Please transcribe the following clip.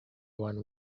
one